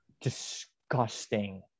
disgusting